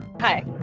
Hi